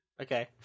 Okay